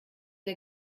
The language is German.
der